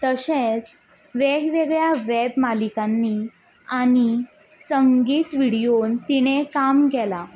तशेंच वेगवेगळ्या वॅब मालिकांनी आनी संगीत विडियोन तिणें काम केलां